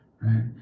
right